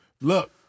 Look